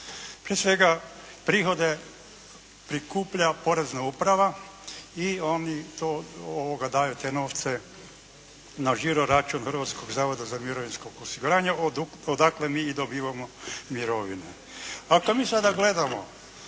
Prije svega prihode prikuplja porezna uprava i oni to, daju te novce na žiro-račun Hrvatskog zavoda za mirovinsko osiguranje odakle mi i dobivamo mirovine. Ako mi sada gledamo